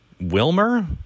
Wilmer